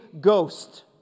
Ghost